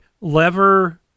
lever